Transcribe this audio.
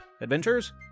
adventures